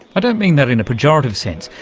i don't mean that in a pejorative sense.